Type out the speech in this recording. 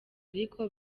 ariko